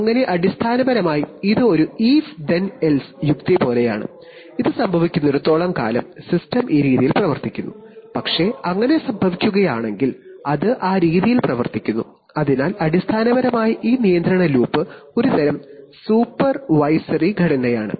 അതിനാൽ അടിസ്ഥാനപരമായി ഇത് ഒരു if then else യുക്തി പോലെയാണ് ഇത് സംഭവിക്കുന്നിടത്തോളം കാലം അടിസ്ഥാനപരമായി ഈ നിയന്ത്രണ ലൂപ്പ് ഒരു തരം സൂപ്പർവൈസറി ഘടനയാണ്